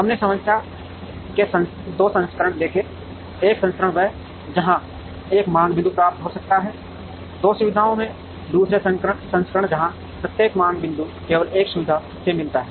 हमने समस्या के 2 संस्करण देखे एक संस्करण वह है जहां एक मांग बिंदु प्राप्त हो सकता है दो सुविधाओं से दूसरे संस्करण जहां प्रत्येक मांग बिंदु केवल एक सुविधा से मिलता है